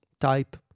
type